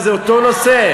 אבל זה אותו נושא.